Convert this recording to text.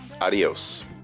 adios